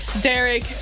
Derek